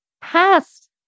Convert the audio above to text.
past